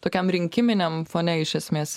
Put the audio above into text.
tokiam rinkiminiam fone iš esmės